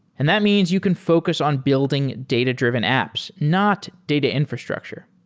and that means you can focus on building data-driven apps, not data infrastructure.